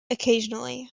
occasionally